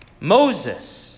Moses